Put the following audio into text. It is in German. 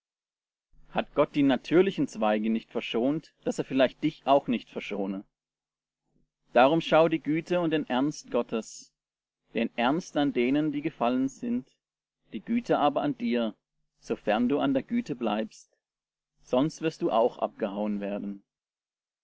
hat gott die natürlichen zweige nicht verschont daß er vielleicht dich auch nicht verschone darum schau die güte und den ernst gottes den ernst an denen die gefallen sind die güte aber an dir sofern du an der güte bleibst sonst wirst du auch abgehauen werden